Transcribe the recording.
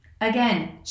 Again